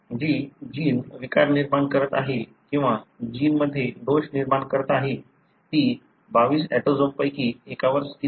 जी gene विकार निर्माण करत आहे किंवा जीनमध्ये दोष निर्माण करत आहे ती 22 ऑटोसोमपैकी एकावर स्थित आहे